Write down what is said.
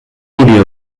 milió